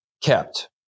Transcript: kept